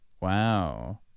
Wow